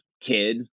kid